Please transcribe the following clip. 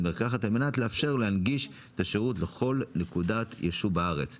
מרקחת על מנת לאפשר ולהנגיש את השירות לכול נקודת ישוב בארץ.